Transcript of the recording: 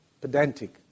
pedantic